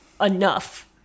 enough